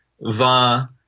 va